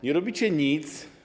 Nie robicie nic.